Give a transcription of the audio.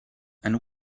and